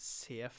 se